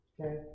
Okay